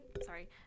Sorry